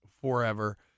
forever